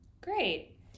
Great